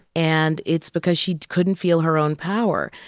and it's because she couldn't feel her own power.